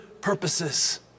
purposes